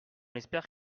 espère